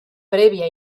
previa